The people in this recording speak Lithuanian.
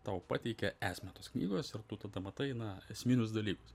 tau pateikia esmę tos knygos ir tu tada matai na esminius dalykus